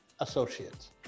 associates